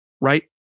right